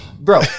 bro